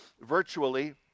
virtually